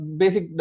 basic